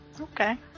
Okay